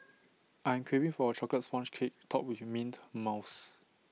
I'm craving for A Chocolate Sponge Cake Topped with Mint Mousse